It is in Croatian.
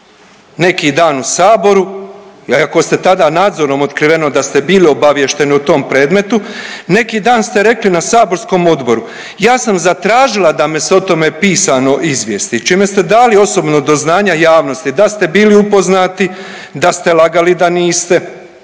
neki dan u saboru iako je tada nadzorom otkriveno da ste bili obaviješteni o tom predmetu, neki dan ste rekli na saborskom odboru „ja sam zatražila da me se o tome pisano izvijesti“ čime ste dali osobno do znanja javnosti da ste bili upoznati, da ste lagali da niste